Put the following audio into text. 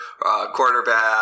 quarterback